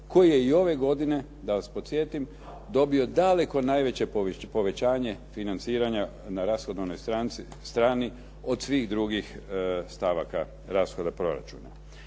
koji je i ove godine, da vas podsjetim dobio daleko najveće povećanje financiranja na rashodovnoj strani od svih drugih stavaka rashoda proračuna.